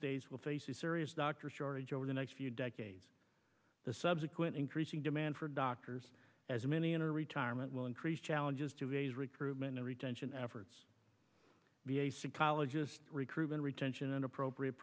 states will face a serious doctor shortage over the next few decades the subsequent increasing demand for doctors as many enter retirement will increase challenges today's recruitment and retention efforts be a sick ologist recruitment retention and appropriate